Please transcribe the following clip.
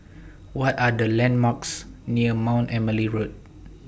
What Are The landmarks near Mount Emily Road